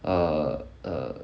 err err